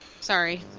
Sorry